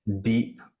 deep